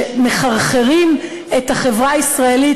שמחרחרות ריב בחברה הישראלית,